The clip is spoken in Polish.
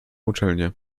uczelnię